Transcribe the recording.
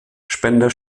spender